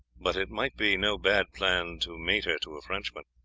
but it might be no bad plan to mate her to a frenchman.